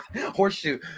Horseshoe